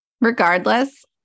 Regardless